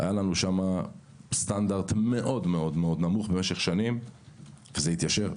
היה לנו סטנדרט נמוך מאוד-מאוד במשך שנים וזה התיישר.